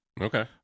Okay